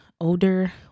older